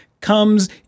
comes